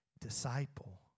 disciple